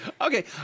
Okay